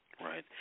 Right